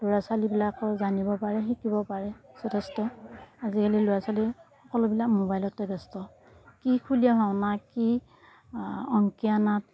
ল'ৰা ছোৱালীবিলাকেও জানিব পাৰে শিকিব পাৰে যথেষ্ট আজিকালি ল'ৰা ছোৱালী সকলোবিলাক ম'বাইলতে ব্যস্ত কি খুলীয়া ভাওনা কি অংকীয়া নাট